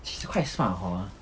其实 quite smart hor